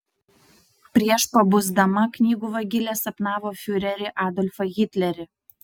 prieš pabusdama knygų vagilė sapnavo fiurerį adolfą hitlerį